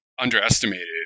underestimated